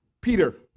Peter